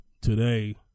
today